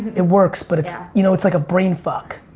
it works but it's you know it's like a brain fuck.